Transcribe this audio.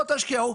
לא תשקיעו,